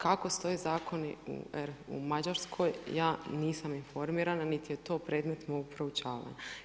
Kako stoje zakoni u Mađarskoj, ja nisam informirana, niti je to predmet mog proučavanja.